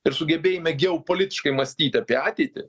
ir sugebėjime geopolitiškai mąstyti apie ateitį